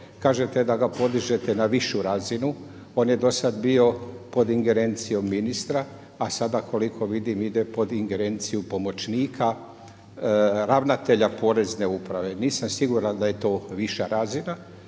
kažete da ga podižete na višu razinu, on je dosad bio pod ingerencijom ministra a sada koliko vidim ide pod ingerenciju pomoćnika ravnatelja porezne uprave. Nisam siguran da je to viša razina,